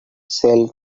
sell